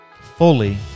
fully